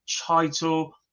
title